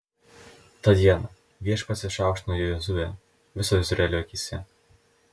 tą dieną viešpats išaukštino jozuę viso izraelio akyse